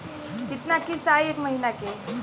कितना किस्त आई एक महीना के?